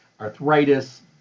arthritis